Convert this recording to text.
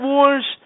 Wars